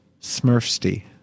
smurfsty